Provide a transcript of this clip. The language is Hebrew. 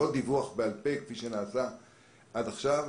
לא דיווח בעל פה כפי שנעשה עד עכשיו.